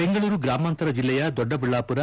ಬೆಂಗಳೂರು ಗ್ರಾಮಾಂತರ ಜಿಲ್ಲೆಯ ದೊಡ್ಡಬಳ್ಳಾಪುರ